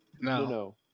No